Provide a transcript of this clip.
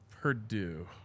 Purdue